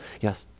Yes